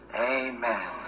amen